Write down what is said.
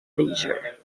leisure